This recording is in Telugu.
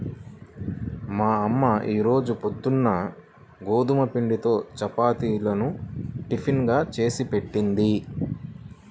మా అమ్మ ఈ రోజు పొద్దున్న గోధుమ పిండితో చపాతీలను టిఫిన్ గా చేసిపెట్టింది